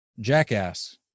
jackass